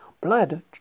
blood